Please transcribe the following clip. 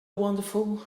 wonderful